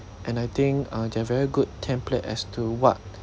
and I think uh they're very good template as to what